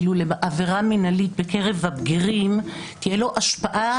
עבירה המינהלית בקרב הבגירים תהיה לו השפעה,